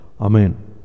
Amen